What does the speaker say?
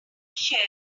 share